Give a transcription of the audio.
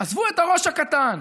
עזבו את הראש הקטן.